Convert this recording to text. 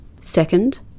Second